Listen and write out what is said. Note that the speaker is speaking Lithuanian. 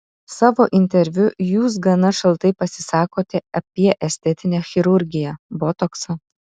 savo interviu jūs gana šaltai pasisakote apie estetinę chirurgiją botoksą